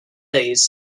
days